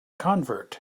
convert